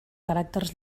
caràcters